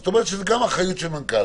זאת אומרת שזאת גם אחריות של מנכ"ל.